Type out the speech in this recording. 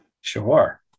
Sure